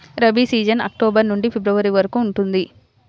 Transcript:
rabi season October నుండి February వరకు ఉంటుంది